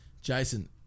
Jason